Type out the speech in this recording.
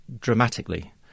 dramatically